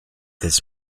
his